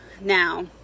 Now